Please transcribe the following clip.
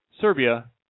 Serbia